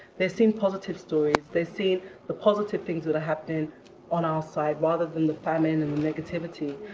they're seeing positive stories. they're seeing the positive things that are happening on our side, rather than the famine and the negativity.